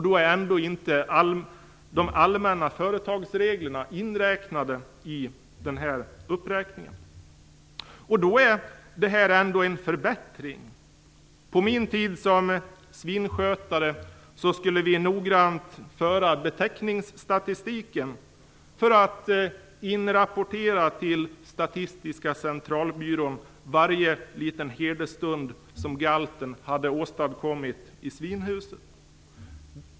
Då är ändå inte de allmänna företagsreglerna med i uppräkningen. Detta är ändå en förbättring. På min tid som svinskötare skulle man noggrant föra betäckningsstatistik för att till Statistiska Centralbyrån rapportera varje liten herdestund som galten hade åstadkommit i svinhuset.